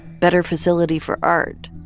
better facility for art?